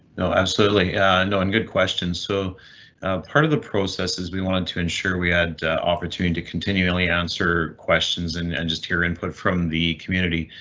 no, absolutely yeah no. i'm good questions. so part of the process is we wanted to ensure we had opportunity to continually answer questions and and just hear input from the community.